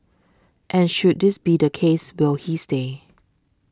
and should this be the case will he stay